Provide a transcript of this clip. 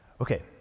Okay